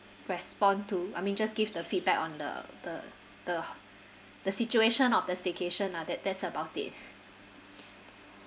respond to I mean just give the feedback on the the the the situation of the staycation lah that that's about it